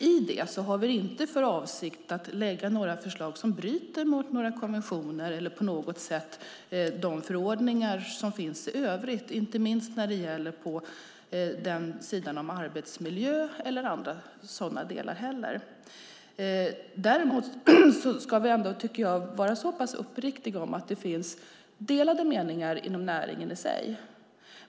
I detta har vi inte för avsikt att lägga fram några förslag som bryter mot konventioner eller de förordningar som finns i övrigt, inte minst när det gäller arbetsmiljö och andra sådana delar. Däremot tycker jag att vi ändå ska vara uppriktiga om att det finns delade meningar inom näringen i sig.